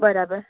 બરાબર